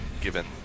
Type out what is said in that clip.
given